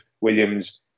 Williams